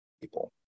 people